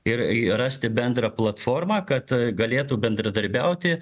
ir rasti bendrą platformą kad galėtų bendradarbiauti